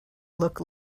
look